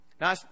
Now